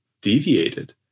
deviated